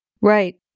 Right